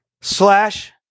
slash